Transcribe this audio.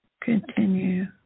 continue